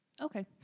Okay